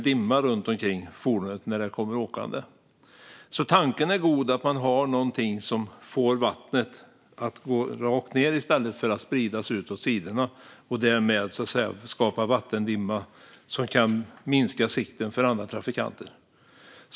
Tanken är god, alltså att man har någonting som gör att vattnet kan gå rakt ned i stället för att spridas ut åt sidorna och skapa vattendimma som kan minska sikten för andra trafikanter.